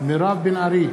מירב בן ארי,